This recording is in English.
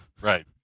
right